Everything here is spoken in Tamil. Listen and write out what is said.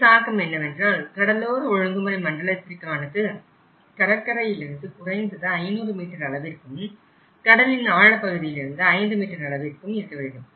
இதன் தாக்கம் என்னவென்றால் கடலோர ஒழுங்குமுறை மண்டலத்திக்கானது கடற்கரையிலிருந்து குறைந்தது 500 மீட்டர் அளவிற்கும் முக்கிய கடல் மட்டத்தில் இருந்து 5 மீட்டர் அளவிற்கும் இருக்க வேண்டும்